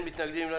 אין מתנגדים.